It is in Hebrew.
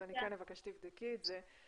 אני כן אבקש שתבדקי את זה.